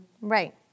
right